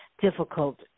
difficult